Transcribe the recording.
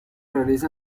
realiza